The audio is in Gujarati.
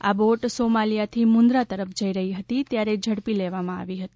આ બોટ સોમાલિયાથી મુન્દ્રા તરફ જઇ રહી હતી ત્યારે ઝડપી લેવામાં આવી હતી